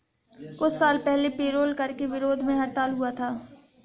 कुछ साल पहले पेरोल कर के विरोध में हड़ताल हुआ था